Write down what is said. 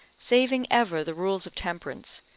saving ever the rules of temperance,